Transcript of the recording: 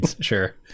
Sure